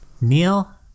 Neil